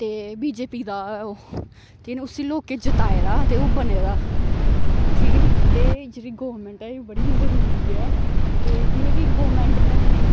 ते बीजेपी दा ओह् उसी लोकें जताए दा ते ओह् बने दा ठीक ऐ नी ते जेह्ड़ी गौरमेंट ऐ एह् बड़ी जरूरी ऐ ते इंया की गौरमेंट न ते